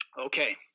Okay